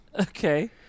Okay